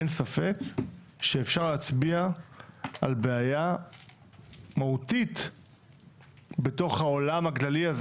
אין ספק שאפשר להצביע על בעיה מהותית בתוך העולם הכללי הזה